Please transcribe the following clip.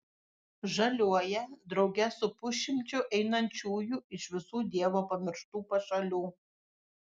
žaliuoja drauge su pusšimčiu einančiųjų iš visų dievo pamirštų pašalių